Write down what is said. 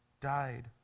died